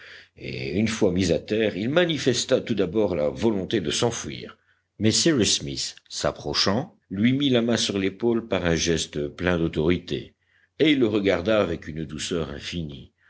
et une fois mis à terre il manifesta tout d'abord la volonté de s'enfuir mais cyrus smith s'approchant lui mit la main sur l'épaule par un geste plein d'autorité et il le regarda avec une douceur infinie